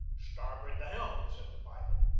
starboard the helm! said the pilot.